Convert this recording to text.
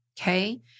Okay